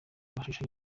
mashusho